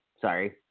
sorry